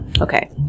Okay